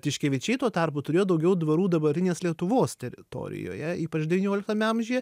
tiškevičiai tuo tarpu turėjo daugiau dvarų dabartinės lietuvos teritorijoje ypač devynioliktame amžiuje